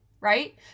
right